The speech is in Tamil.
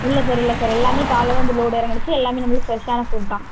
இல்லை சார் இல்லை சார் எல்லாமே காலைல தான் வந்து லோடு இறங்குனுச்சி எல்லாமே நம்மளது ஃப்ரெஷ்ஷான ஃப்ரூட் தான்